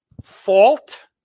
fault